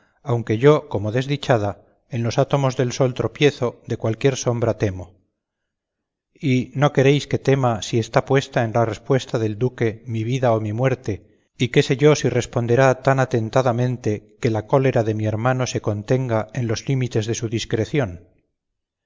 aunque yo como desdichada en los átomos del sol tropiezo de cualquier sombra temo y no queréis que tema si está puesta en la respuesta del duque mi vida o mi muerte y qué sé yo si responderá tan atentadamente que la cólera de mi hermano se contenga en los límites de su discreción